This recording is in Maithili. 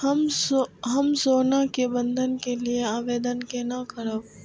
हम सोना के बंधन के लियै आवेदन केना करब?